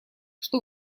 что